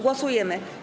Głosujemy.